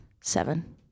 Seven